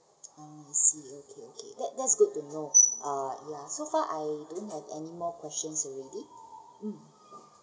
orh I see okay okay that that's good to know uh ya so far I don't have any more questions already um